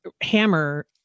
Hammer